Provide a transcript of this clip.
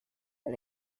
and